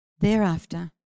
Thereafter